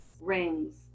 rings